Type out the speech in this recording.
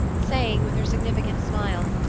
saying with her significant smile,